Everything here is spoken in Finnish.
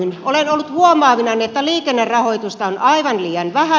olen ollut huomaavinani että liikennerahoitusta on aivan liian vähän